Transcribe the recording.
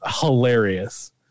hilarious